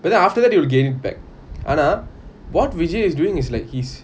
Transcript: but then after that you will gain back ஆனா:aana what vijay is doing is like his